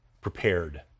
prepared